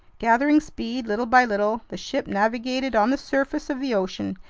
gathering speed little by little, the ship navigated on the surface of the ocean,